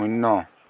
শূন্য